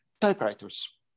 typewriters